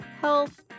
health